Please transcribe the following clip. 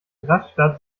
rastatt